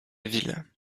ville